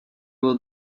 will